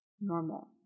normal